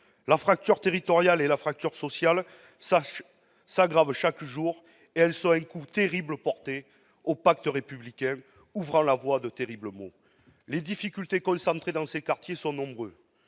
La fracture territoriale et la fracture sociale s'aggravent chaque jour. Elles portent un coup terrible au pacte républicain et ouvrent la voie à de terribles maux. Les difficultés concentrées dans ces quartiers sont nombreuses